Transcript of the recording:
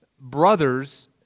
Brothers